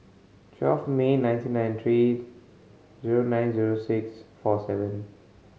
twelve May nineteen ninety three zero nine zero six forty seven